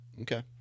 Okay